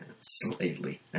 Slightly